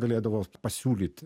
galėdavo pasiūlyt